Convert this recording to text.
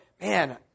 man